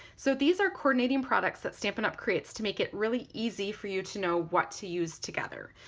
so these are coordinating products that stampin' up! creates to make it really easy for you to know what to use together.